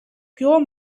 pure